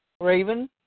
Raven